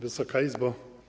Wysoka Izbo!